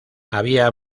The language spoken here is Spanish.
había